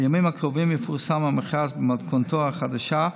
בימים הקרובים יפורסם המכרז במתכונתו החדשה,